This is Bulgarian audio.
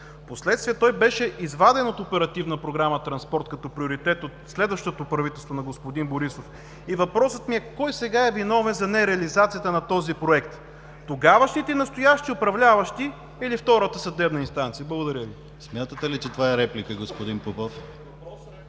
Впоследствие той беше изваден от Оперативна програма „Транспорт“ като приоритет от следващото правителство на господин Борисов. И въпросът ми е кой сега е виновен за нереализацията на този проект – тогавашните и настоящи управляващи, или втората съдебна инстанция? Благодаря Ви. ПРЕДСЕДАТЕЛ ДИМИТЪР ГЛАВЧЕВ: Смятате ли, че това е реплика, господин Попов?